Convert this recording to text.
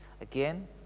again